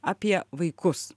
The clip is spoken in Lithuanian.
apie vaikus